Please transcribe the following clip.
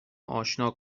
آشنا